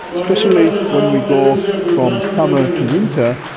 especially when we go from summer to winter,